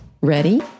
Ready